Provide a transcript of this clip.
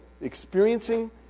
experiencing